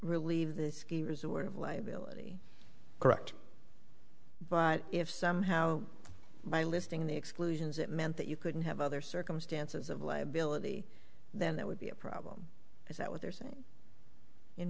relieve the ski resort of les billy correct but if somehow by listing the exclusions it meant that you couldn't have other circumstances of liability then that would be a problem is that what they're saying in